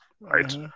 Right